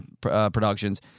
Productions